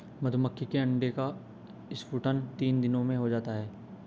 मधुमक्खी के अंडे का स्फुटन तीन दिनों में हो जाता है